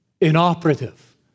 inoperative